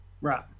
right